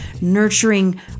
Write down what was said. nurturing